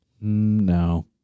no